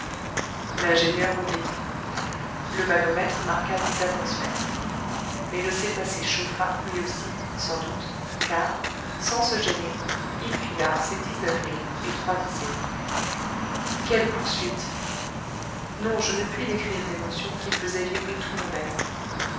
l'ingénieur obéit le manomètre marqua dix atmosphères mais le cétacé chauffa lui aussi sans doute car sans se gêner il fila ses dix-neuf milles et trois dixièmes quelle poursuite non je ne puis décrire l'émotion qui faisait vibrer tout mon être